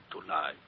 tonight